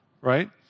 right